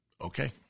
Okay